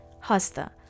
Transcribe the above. Hasta